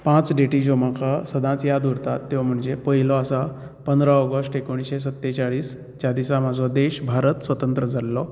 पांच डेटी ज्यो म्हाका सदांच याद उरता त्यो म्हणजे पयलो आसा पंदरा ऑगस्ट एकूणश्शे सत्तेचाळीस ज्या दिसा म्हाजो भारत देश स्वतंत्र जाल्लो